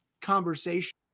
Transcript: conversation